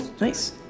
Nice